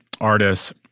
artists—